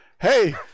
Hey